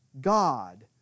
God